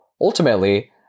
ultimately